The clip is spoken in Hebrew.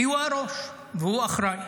כי הוא הראש והוא אחראי.